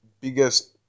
biggest